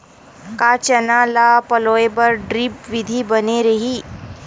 का चना ल पलोय बर ड्रिप विधी बने रही?